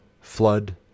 flood